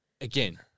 again